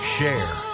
Share